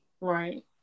Right